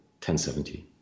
1070